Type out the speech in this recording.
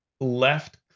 left